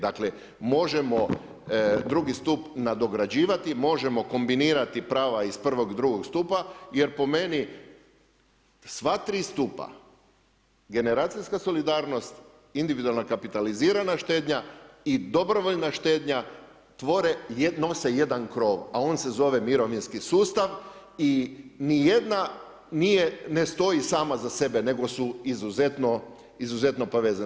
Dakle, možemo drugi stup nadograđivati, možemo kombinirati prava iz prvog, drugog stupa jer po meni sva tri stupa generacijska solidarnost individualna kapitalizirana štednja i dobrovoljna štednja tvore nose jedan krov, a on se zove mirovinski sustav i ni jedna ne stoji sama za sebe nego su izuzetno povezani.